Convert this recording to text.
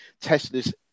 Tesla's